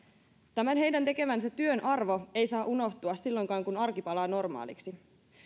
tämän heidän tekemänsä työn arvo ei saa unohtua silloinkaan kun arki palaa normaaliksi